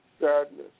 sadness